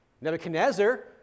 Nebuchadnezzar